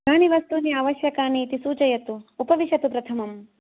कानि वस्तूनि आवश्यकानि इति सूचयतु उपविशतु प्रथमम्